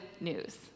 news